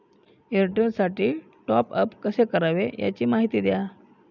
एअरटेलसाठी टॉपअप कसे करावे? याची माहिती द्या